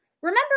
remember